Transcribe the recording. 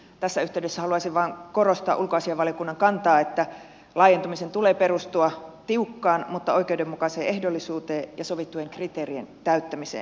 tässä yhteydessä haluaisin vain korostaa ulkoasiainvaliokunnan kantaa että laajentumisen tulee perustua tiukkaan mutta oikeudenmukaiseen ehdollisuuteen ja sovittujen kriteerien täyttämiseen